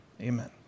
amen